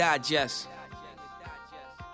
digest